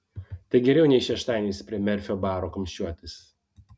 tai geriau nei šeštadieniais prie merfio baro kumščiuotis